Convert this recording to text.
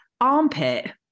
armpit